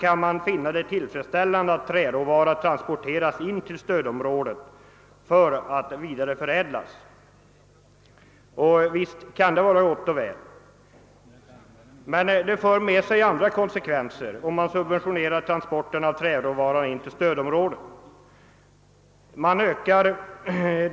Det kan synas tillfredsställande att träråvara transporteras in till stödområdet för att där förädlas, och visst kan det vara gott och väl. Men en subventionering av transporten av träråvara skulle föra sig med andra konsekvenser.